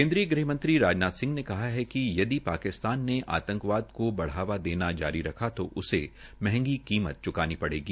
केन्द्रीय गृहमंत्री राजनाथ सिंह ने कहा है कि यदि पाकिस्तान ने आतंकवाद को बढ़ावा देना जारी रखा तो उसे महंगी कीमत च्कानी पड़ेगी